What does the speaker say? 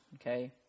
Okay